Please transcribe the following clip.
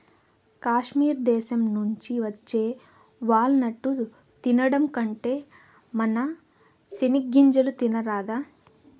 కాశ్మీర్ దేశం నుంచి వచ్చే వాల్ నట్టు తినడం కంటే మన సెనిగ్గింజలు తినరాదా